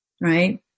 right